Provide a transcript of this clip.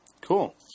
Cool